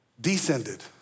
descended